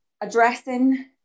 Addressing